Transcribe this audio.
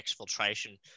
exfiltration